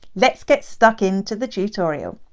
let's get stuck into the tutorial.